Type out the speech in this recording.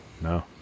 No